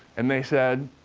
and they said,